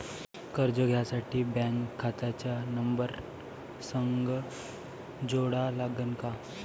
कर्ज घ्यासाठी बँक खात्याचा नंबर संग जोडा लागन का?